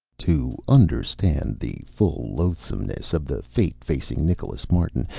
to understand the full loathsomeness of the fate facing nicholas martin,